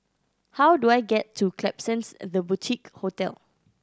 how do I get to Klapsons The Boutique Hotel